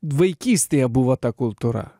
vaikystėje buvo ta kultūra